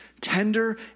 tender